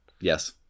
Yes